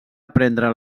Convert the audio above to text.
aprendre